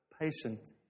patient